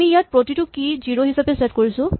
আমি ইয়াত প্ৰতিটো কী জিৰ' হিচাপে ছেট কৰিছো